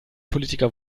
politiker